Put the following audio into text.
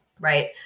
right